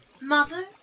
Mother